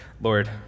lord